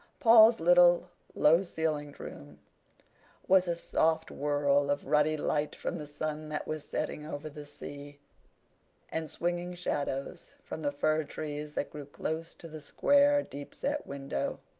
paul's little low-ceilinged room was a soft whirl of ruddy light from the sun that was setting over the sea and swinging shadows from the fir trees that grew close to the square, deep-set window.